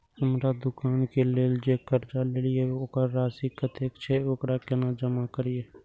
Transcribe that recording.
हम दुकान के लेल जे कर्जा लेलिए वकर राशि कतेक छे वकरा केना जमा करिए?